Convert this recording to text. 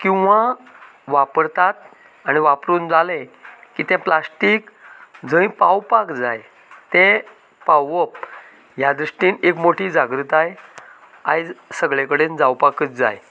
किंवां वापरतात आनी वापरून जालें की ते प्लास्टीक जंय पावपाक जाय ते पावोवप ह्या दृश्टीन एक मोटी जागृताय आयज सगळें कडेन जावपाकच जाय